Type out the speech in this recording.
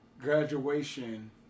Graduation